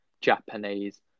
Japanese